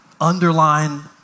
underline